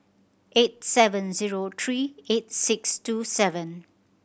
eight seven zero three eight six two seven